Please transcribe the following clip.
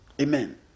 Amen